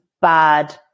bad